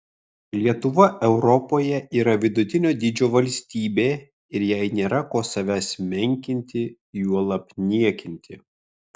lietuva europoje yra vidutinio dydžio valstybė ir jai nėra ko savęs menkinti juolab niekinti